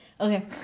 Okay